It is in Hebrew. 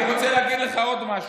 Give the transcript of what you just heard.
אני רוצה להגיד לך עוד משהו.